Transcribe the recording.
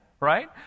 Right